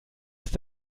ist